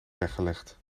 weggelegd